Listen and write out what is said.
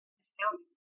astounding